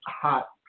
hot